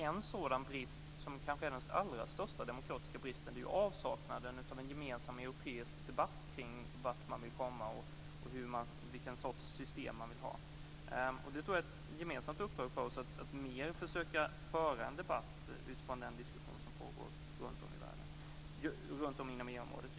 En sådan brist som kanske är den allra största demokratiska bristen är ju avsaknaden av en gemensam europeisk debatt kring vart man vill komma och vilken sorts system man vill ha. Det tror jag är ett gemensamt uppdrag för oss, att mer försöka föra en debatt utifrån den diskussion som pågår runtom inom EU-området.